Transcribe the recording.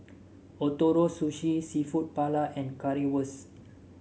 Ootoro Sushi seafood Paella and Currywurst